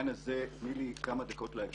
תני לי כמה דקות.